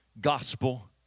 gospel